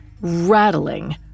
rattling